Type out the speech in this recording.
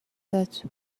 that